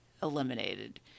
eliminated